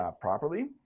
properly